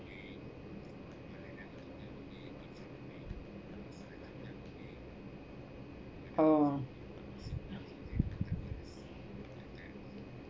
oh